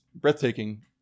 breathtaking